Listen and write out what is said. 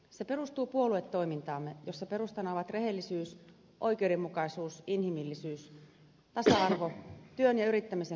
se perustuu puoluetoimintaamme jossa perustana ovat rehellisyys oikeudenmukaisuus inhimillisyys tasa arvo työn ja yrittämisen kunnioittaminen ja henkinen kasvu